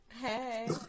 Hey